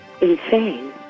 insane